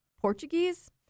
Portuguese